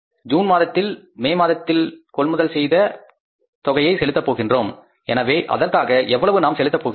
June மாதத்தில் May மாதத்தில் கொள்முதல் செய்த தொகையை செலுத்தப் போகிறோம் எனவே அதற்காக எவ்வளவு நாம் செலுத்த போகின்றோம்